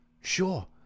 Sure